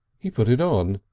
he put it on.